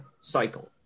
cycle